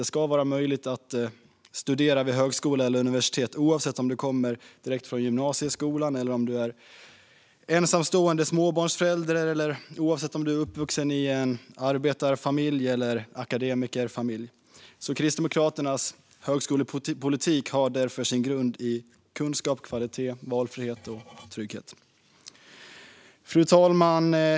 Det ska vara möjligt att studera vid högskola eller universitet oavsett om du kommer direkt från gymnasieskolan eller om du är en ensamstående småbarnsförälder, och oavsett om du är uppvuxen i en arbetarfamilj eller en akademikerfamilj. Kristdemokratisk högskolepolitik har därför sin grund i kunskap, kvalitet, valfrihet och trygghet. Fru talman!